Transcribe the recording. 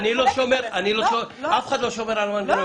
אף אחד לא שומר על מנגנון,